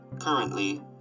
Currently